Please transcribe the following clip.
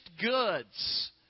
goods